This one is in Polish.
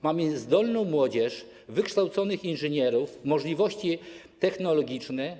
Mamy zdolną młodzież, wykształconych inżynierów, możliwości technologiczne.